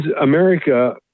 America